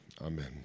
Amen